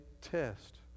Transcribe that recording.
test